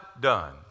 done